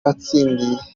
yatsindiye